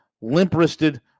limp-wristed